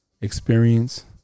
experience